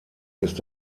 ist